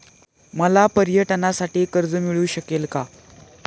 मला पर्यटनासाठी कर्ज मिळू शकेल का?